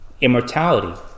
immortality